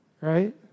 right